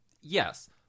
Yes